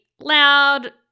loud